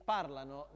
parlano